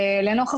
שלום,